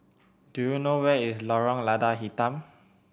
do you know where is Lorong Lada Hitam